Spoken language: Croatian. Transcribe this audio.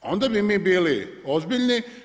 Onda bi mi bili ozbiljni.